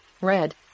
red